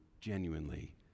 genuinely